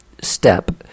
step